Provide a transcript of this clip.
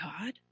God